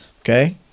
Okay